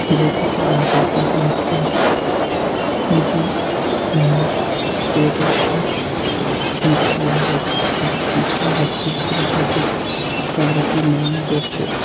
یِتھَے کٲٹھۍ چھِ باقٕے جایہِ تہِ مثلاً یِم زَن نارٕتھ ایٖسٹ سٹیٹٕز چھِ تِم تہِ چھِ واریاہ بہتَر تِم تہِ چھِ واریاہ خوٗبصوٗرت تَتِکۍ قۄدرٔتی مُناظر چھِ